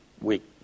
week